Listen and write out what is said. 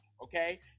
okay